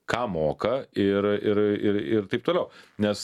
ką moka ir ir ir ir taip toliau nes